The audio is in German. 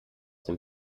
dem